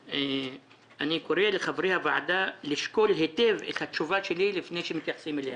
אני קורא לחברי הוועדה לשקול היטב את התשובה שלי לפני שמתייחסים אליה.